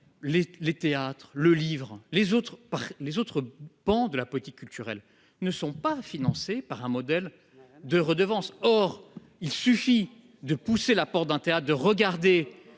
le secteur du livre et les autres pans de la politique culturelle ne sont pas financés par un modèle de redevance ! Il suffit de pousser la porte d'un théâtre ou de regarder